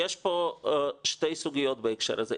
אז יש פה שתי סוגיות בהקשר הזה.